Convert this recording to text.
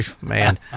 man